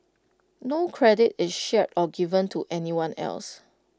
no credit is shared or given to anyone else